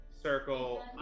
circle